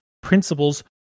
principles